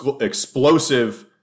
explosive